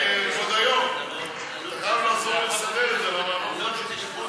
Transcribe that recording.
לוועדה שתקבע